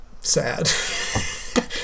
sad